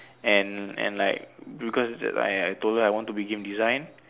and and like because I I told her I want to be game design